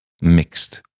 mixed